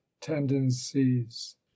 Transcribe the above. tendencies